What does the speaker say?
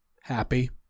happy